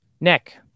Nick